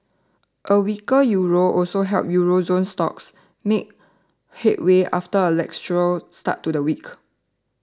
a weaker euro also helped euro zone stocks make headway after a lacklustre start to the week